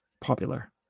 popular